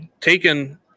taken